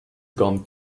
gone